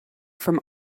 from